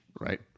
Right